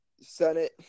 Senate